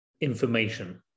information